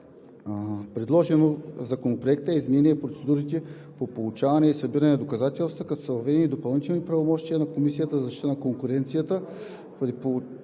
Предложен Законопроектът изменя процедурите по получаване и събиране на доказателства, като са въведени допълнителни правомощия на Комисията за защита на конкуренцията